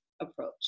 approach